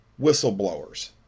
whistleblowers